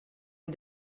les